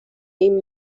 این